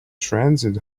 transit